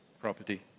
property